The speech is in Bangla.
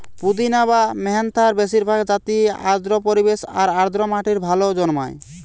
পুদিনা বা মেন্থার বেশিরভাগ জাতিই আর্দ্র পরিবেশ আর আর্দ্র মাটিরে ভালা জন্মায়